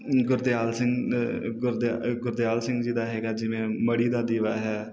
ਗੁਰਦਿਆਲ ਸਿੰਘ ਗੁਰਦਿ ਗੁਰਦਿਆਲ ਸਿੰਘ ਜੀ ਦਾ ਹੈਗਾ ਜਿਵੇਂ ਮੜੀ ਦਾ ਦੀਵਾ ਹੈ